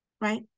right